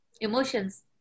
emotions